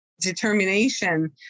determination